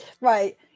right